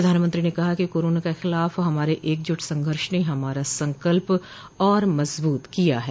प्रधानमंत्री ने कहा कि कोरोना के खिलाफ हमारे एकजुट संघर्ष ने हमारा संकल्प और मजबूत किया है